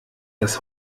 das